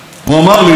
הוא אמר לי,